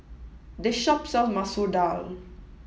this shop sells Masoor Dal